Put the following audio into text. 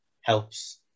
helps